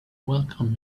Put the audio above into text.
welcomed